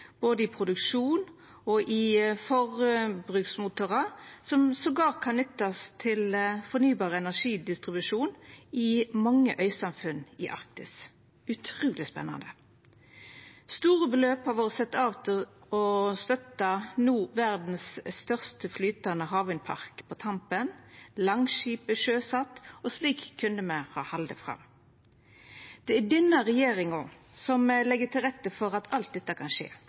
både i produksjon og i forbruksmotorar som til og med kan nyttast til fornybar energidistribusjon i mange øysamfunn i Arktis – utruleg spennande. Store beløp har vore sett av til å støtta til no verdas største flytande havvindpark på Tampen, Langskip er sjøsett – og slik kunne me ha halde fram. Det er denne regjeringa som legg til rette for at alt dette kan skje,